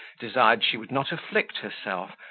desired she would not afflict herself,